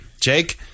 Jake